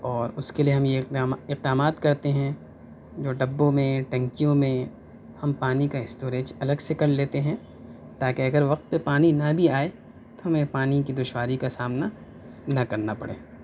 اور اس کے لیے ہم یہ اقدام اقدامات کرتے ہیں جو ڈبوں میں ٹنکیوں میں ہم پانی کا اسٹوریج الگ سے کر لیتے ہیں تاکہ اگر وقت پہ پانی نہ بھی آئے تو ہمیں پانی کی دشواری کا سامنا نہ کرنا پڑے